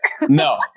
No